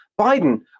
Biden